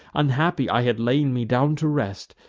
unhappy i had laid me down to rest,